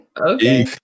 Okay